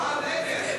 מה נגד?